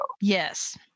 Yes